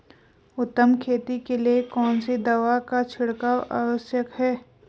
उत्तम खेती के लिए कौन सी दवा का छिड़काव आवश्यक है?